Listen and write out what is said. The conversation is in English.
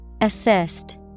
Assist